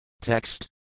TEXT